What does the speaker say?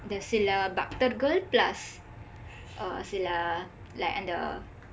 the சில பக்தர்கள்:sila paktharkal plus uh சில:sila like அந்த:andtha